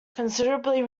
considerably